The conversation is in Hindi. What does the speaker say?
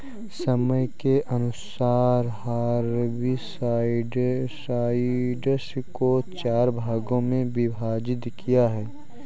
समय के अनुसार हर्बिसाइड्स को चार भागों मे विभाजित किया है